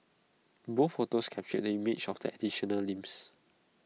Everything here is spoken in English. both photos captured the image of the additional limbs